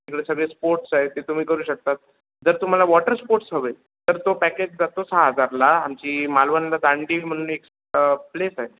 तिकडे सगळे स्पोर्ट्स आहेत ते तुम्ही करू शकतात जर तुम्हाला वॉटर स्पोर्ट्स हवे तर तो पॅकेज जातो सहा हजारला आमची मालवणला दांडी म्हणून एक प्लेस आहे